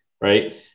right